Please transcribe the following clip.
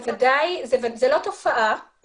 זו לא תופעה.